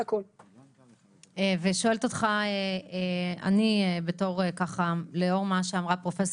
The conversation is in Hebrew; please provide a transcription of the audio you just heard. אני שואלת אותך לאור מה שאמרה פה פרופ'